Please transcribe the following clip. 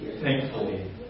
thankfully